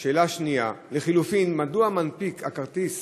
2. לחלופין, מדוע מנפיק הכרטיס